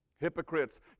Hypocrites